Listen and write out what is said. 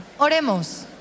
Oremos